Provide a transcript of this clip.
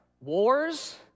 Wars